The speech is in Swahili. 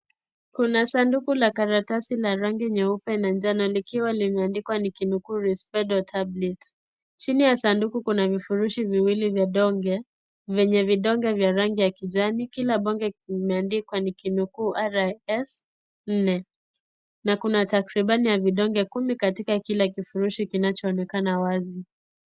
Kuna sanduku la karatasi la rangi nyeupe na njano limeandikwa Niki nukuu risperdal tablets chini ya sanduko kuna vifurushi viwili vya vidonge vya rangi ya kijani, kila kidonge kimeandikwa Niki nukuu RIS 4 na kuna takribani ya vidonge kumi katika kila kifurushi kinachoonekana wazi.